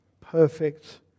perfect